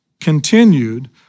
continued